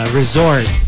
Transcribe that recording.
resort